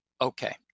Okay